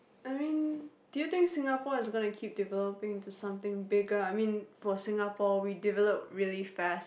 I mean do you think Singapore is gonna keep developing to something bigger I mean for Singapore we develop really fast